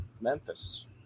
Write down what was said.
Memphis